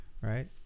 right